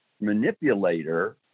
manipulator